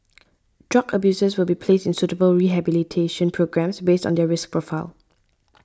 drug abusers will be placed in suitable rehabilitation programmes based on their risk profile